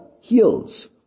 heals